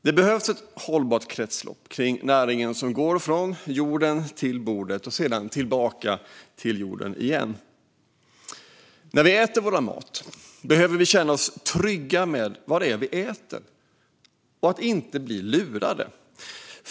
Det behövs ett hållbart kretslopp för att näringen ska gå från jorden till bordet och sedan tillbaka till jorden igen. När vi äter vår mat behöver vi kunna känna oss trygga med det vi äter och att vi inte blir lurade.